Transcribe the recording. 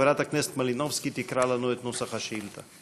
חברת הכנסת מלינובסקי תקרא לנו את נוסח השאילתה.